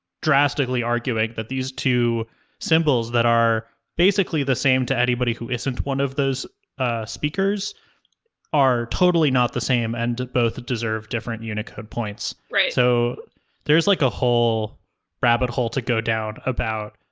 drastically arguing that these two symbols that are basically the same to anybody who isn't one of those speakers are totally not the same and both deserve different unicode points. eli so there's like a whole rabbit hole to go down about,